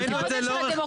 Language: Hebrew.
אליעזר,